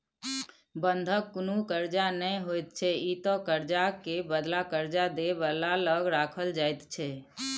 बंधक कुनु कर्जा नै होइत छै ई त कर्जा के बदला कर्जा दे बला लग राखल जाइत छै